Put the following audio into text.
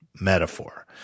metaphor